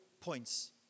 points